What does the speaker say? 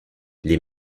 les